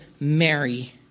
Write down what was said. Mary